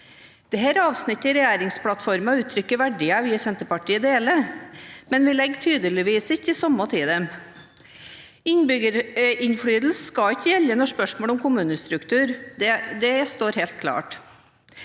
Dette avsnittet i regjeringsplattformen uttrykker verdier vi i Senterpartiet deler, men vi legger tydeligvis ikke det samme i dem. Innbyggerinnflytelse skal ikke gjelde i spørsmål om kommunestruktur. Det står helt klart.